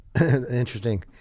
Interesting